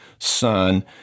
son